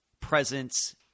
presence